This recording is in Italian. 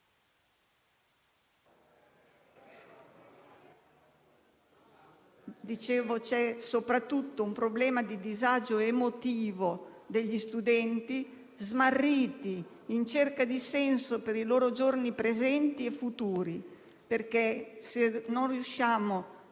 e, forse, soprattutto - uno quanto al disagio emotivo degli studenti smarriti, in cerca di senso per i loro giorni presenti e futuri, perché, se non riusciamo a